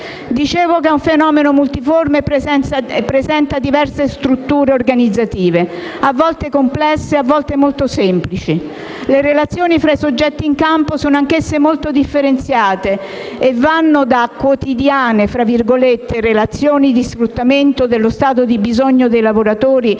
Dicevo che è un fenomeno multiforme e presenta diverse strutture organizzative, a volte complesse, a volte molto semplici. I rapporti fra i soggetti in campo sono anch'essi molto differenziati e vanno da quotidiane relazioni di sfruttamento dello stato di bisogno dei lavoratori